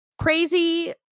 crazy